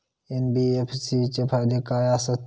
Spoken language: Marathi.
एन.बी.एफ.सी चे फायदे खाय आसत?